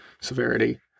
severity